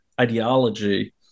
ideology